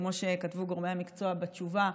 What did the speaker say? כמו שכתבו גורמי המקצוע בתשובה,